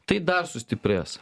tai dar sustiprės